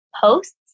posts